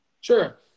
Sure